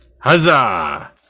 Huzzah